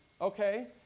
Okay